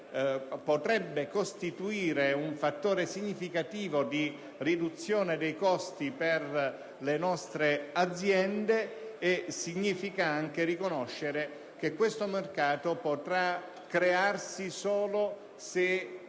potrebbe costituire un fattore significativo di riduzione dei costi per le nostre aziende e che questo mercato potrà crearsi solo se